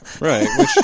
Right